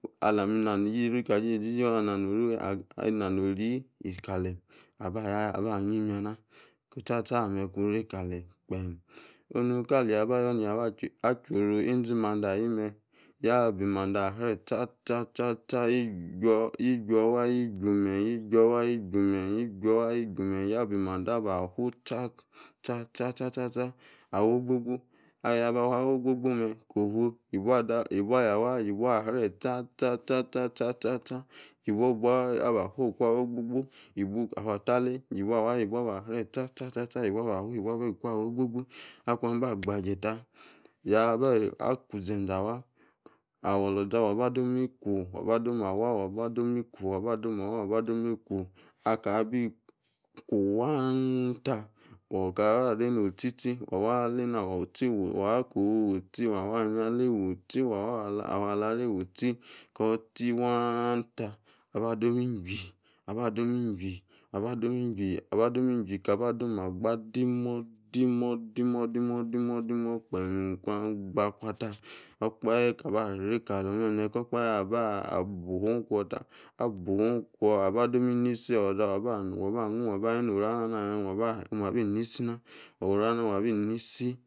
Alami ena ni orori kali jijiyame, izi ali nanori kalem aba yinyana. Osasa ame̱ kure kalem gbem Nika le̱ye̱ abayo ne̱yi aba chu izemande ahi me̱ yabi mande aba srie cha cha, yi juowa, yiru me̱ yiju owa yiju owa, yabi mande aba fu sasasa awa ogboogbo. Ale yi abi fu awa ogbobo me yibu aya wa aba srie chacha aba fu ikuwa ni ogbogbo, afuatale yibu awa abe srie sasasa yibua ba fu. Ikuna ni ogbogbo. Aku agbaje ta wa gu inzeze awa, awo̱ o̱lo̱za waba dom awa wabe dome igu wa ba dom igu. Akabe iku waan ta ota ba rie nochochi wa ba wa alena, wachi, wa wa kofu wachi wawa afu aro, ale wachi. Ko ti waan ta aba dom inchwi, abadome ichwi, ta ha dom agba demo̱hemo̱ gbem kwa agbakwa ta wa ha ni orana abinisi, nah, oruo abi nisi.